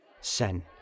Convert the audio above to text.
Sen